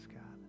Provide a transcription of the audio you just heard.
God